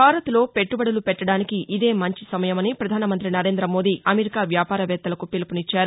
భారత్లో పెట్టుబడులు పెట్టడానికి ఇదే మంచి సమయమని ప్రధాన మంతి నరేంద్ర మోదీ అమెరికా వ్యాపారవేత్తలకు పిలుపునిచ్చారు